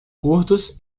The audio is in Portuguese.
curtos